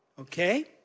Okay